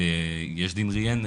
"יש דין" ראיין.